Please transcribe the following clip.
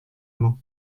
mot